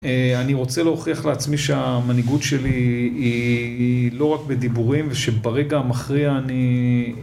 אני רוצה להוכיח לעצמי שהמנהיגות שלי היא לא רק בדיבורים ושברגע המכריע אני...